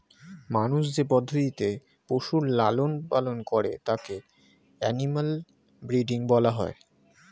মানুষ যে পদ্ধতিতে পশুর লালন পালন করে তাকে অ্যানিমাল ব্রীডিং বলা হয়